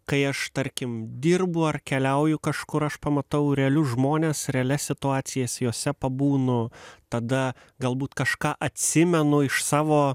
kai aš tarkim dirbu ar keliauju kažkur aš pamatau realius žmones realias situacijas jose pabūnu tada galbūt kažką atsimenu iš savo